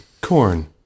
corn